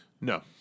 No